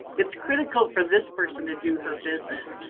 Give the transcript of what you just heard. it's critical for this person to do her business.